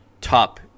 top